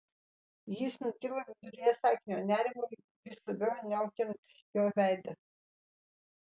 jis nutilo viduryje sakinio nerimui vis labiau niaukiant jo veidą